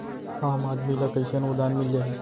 आम आदमी ल कइसे अनुदान मिल जाही?